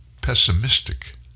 pessimistic